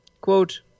quote